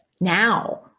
Now